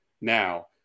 now